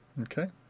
Okay